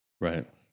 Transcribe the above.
Right